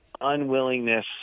unwillingness